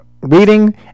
reading